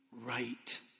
right